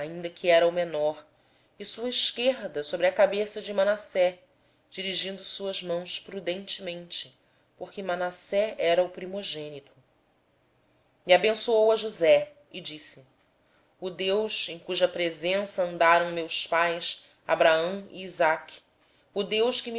que era o menor e a esquerda sobre a cabeça de manassés dirigindo as mãos assim propositadamente sendo embora este o primogênito e abençoou a josé dizendo o deus em cuja presença andaram os meus pais abraão e isaque o deus que